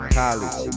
college